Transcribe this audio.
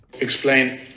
Explain